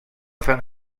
fan